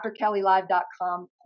drkellylive.com